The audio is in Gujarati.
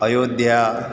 અયોધ્યા